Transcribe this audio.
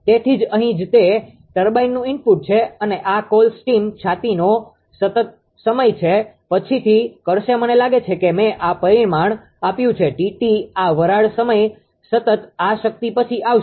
તેથી જ અહીં જ તે ટર્બાઇનનું ઇનપુટ છે અને આ કોલ સ્ટીમ છાતીનો સમય સતત છે પછીથી કરશે મને લાગે છે કે મેં આ પરિમાણ આપ્યું છે 𝑇𝑡 આ વરાળ સમય સતત આ શક્તિ પછી આવશે